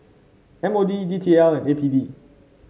M O D D T L and A P D